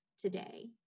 today